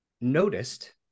noticed